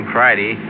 Friday